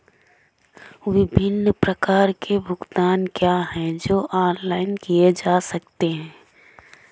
विभिन्न प्रकार के भुगतान क्या हैं जो ऑनलाइन किए जा सकते हैं?